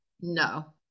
No